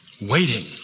Waiting